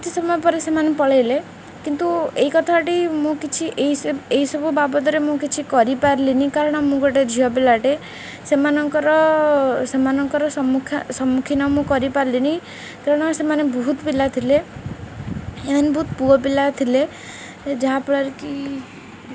କିଛି ସମୟ ପରେ ସେମାନେ ପଳାଇଲେ କିନ୍ତୁ ଏଇ କଥାଟି ମୁଁ କିଛି ଏ ଏହି ସବୁ ବାବଦରେ ମୁଁ କିଛି କରିପାରିଲିନି କାରଣ ମୁଁ ଗୋଟେ ଝିଅ ପିଲାଟେ ସେମାନଙ୍କର ସେମାନଙ୍କର ସମ୍ମୁଖା ସମ୍ମୁଖୀନ ମୁଁ କରି ପାରିଲିନି କାରଣ ସେମାନେ ବହୁତ ପିଲା ଥିଲେ ଏମାନେ ବହୁତ ପୁଅ ପିଲା ଥିଲେ ଯାହାଫଳରେ କି